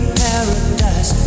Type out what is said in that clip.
paradise